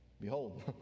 Behold